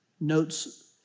notes